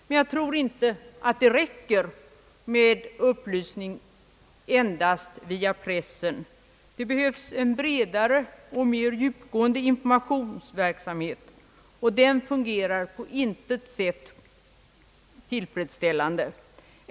Jag tror emellertid inte att det räcker med upplysning via pressen. Det behövs en bredare och mer djupgående informationsverksamhet, och denna fungerar på intet sätt tillfredsställande.